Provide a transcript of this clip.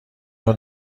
نوع